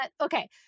okay